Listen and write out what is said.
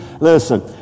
listen